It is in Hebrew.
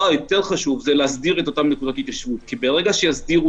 היותר חשוב הוא להסדיר את אותן נקודות התיישבות כי ברגע שיסדירו